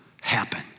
happen